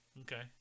Okay